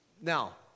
Now